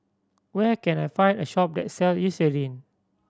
where can I find a shop that sell Eucerin